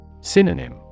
Synonym